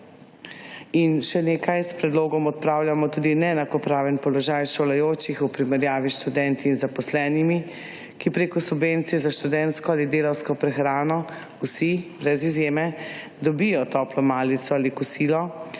In še nekaj. S predlogom odpravljamo tudi neenakopraven položaj šolajočih v primerjavi s študenti in zaposlenimi, ki preko subvencije za študentsko ali delavsko prehrano vsi, brez izjeme, dobijo toplo malico ali kosilo,